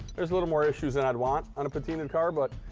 there's a little more issues than i'd want on a patina'd car, but